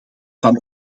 van